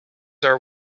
are